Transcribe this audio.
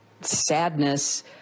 sadness